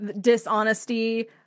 dishonesty